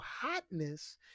hotness